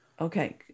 Okay